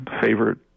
favorite